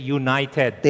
united